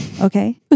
Okay